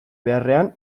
beharrean